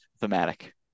thematic